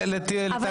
ממהרים?